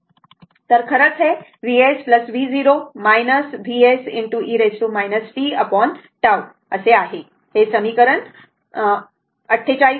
तर हे खरंच Vs v0 Vs e tT आहे हे समीकरण 48 आहे